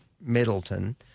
Middleton